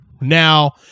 Now